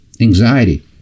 anxiety